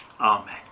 Amen